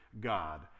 God